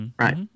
right